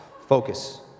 Focus